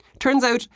turns out,